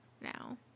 now